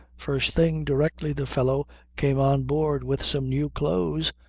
first thing, directly the fellow came on board with some new clothes,